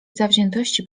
zawziętości